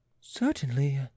Certainly